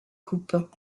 coupes